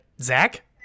Zach